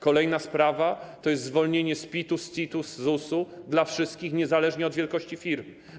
Kolejna sprawa to zwolnienie z PIT-u, CIT-u i ZUS-u dla wszystkich, niezależnie od wielkości firmy.